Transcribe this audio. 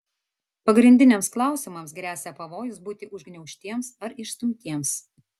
pagrindiniams klausimams gresia pavojus būti užgniaužtiems ar išstumtiems